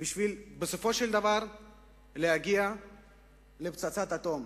בשביל להגיע לפצצת אטום